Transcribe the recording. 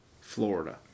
Florida